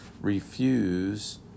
refuse